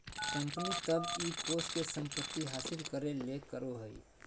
company तब इ कोष के संपत्ति हासिल करे ले करो हइ